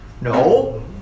No